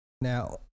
Now